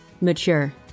Mature